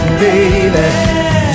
baby